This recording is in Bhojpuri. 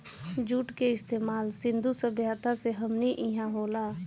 जुट के इस्तमाल सिंधु सभ्यता से हमनी इहा होला